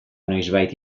noizbait